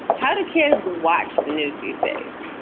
how do kids watch the news these days?